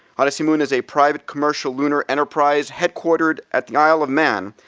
odyssey moon is a private commercial lunar enterprise headquartered at the isle of man,